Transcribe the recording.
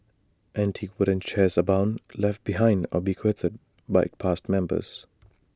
antique wooden chairs abound left behind or bequeathed by past members